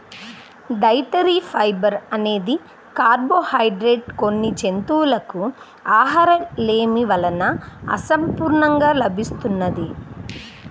dietary fibre అనే carbohydrate కొన్ని జంతువులకు ఆహారలేమి వలన అసంపూర్ణంగా లభిస్తున్నది